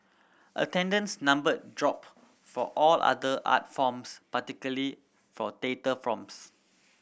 attendance number dropped for all other art forms particularly for data forms